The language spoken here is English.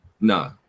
no